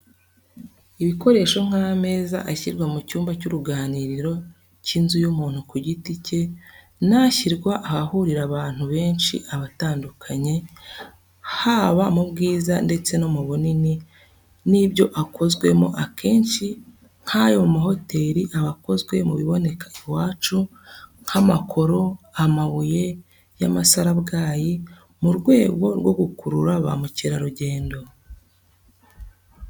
Ibikoresho nk'ameza ashyirwa mu cyumba cy'uruganiriro cy'inzu y'umuntu ku giti cye n'ashyirwa ahahurira abantu benshi aba atandukanye, haba mu bwiza ndetse no mu bunini n'ibyo akozwemo, akenshi nk'ayo mu mahoteli aba akozwe mu biboneka iwacu nk'amakoro, amabuye y'amasarabwayi, mu rwego rwo gukurura ba mukerarugendo.